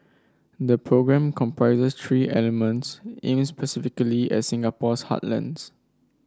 the programme comprises three elements aimed specifically at Singapore's heartlands